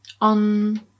on